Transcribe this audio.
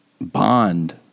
bond